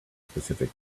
specific